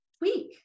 tweak